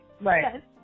right